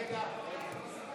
(קוראת בשמות חברי הכנסת)